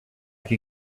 can